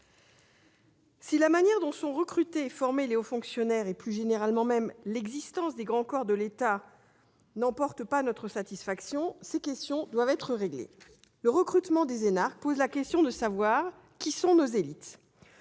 Si la manière dont sont recrutés et formés les hauts fonctionnaires, et plus généralement même l'existence des grands corps de l'État, ne nous donne pas satisfaction, ces questions doivent être réglées. Le recrutement des énarques pose la question de savoir qui sont nos élites.